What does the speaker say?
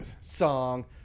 song